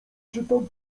czytam